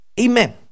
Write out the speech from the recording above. Amen